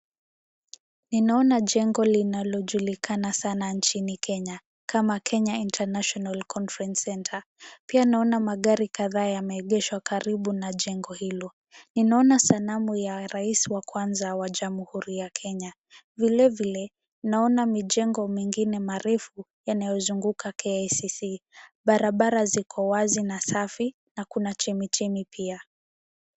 Ninaona jengo linalo julikana sana nchini Kenya kama Kenya International Conference Center pia naona magari kadhaa yame egeshwa karibu na jengo hilo. Ninaona sanamu ya rais wa kwanza wa jamuhuri ya Kenya, vile vile naona mijengo mengine marefu yanayo zunguka KICC. Barabara ziko wazi na safi na kuna chemi chemi pia.